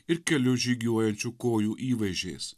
ir keliu žygiuojančių kojų įvaizdžiais